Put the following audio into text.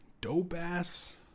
dope-ass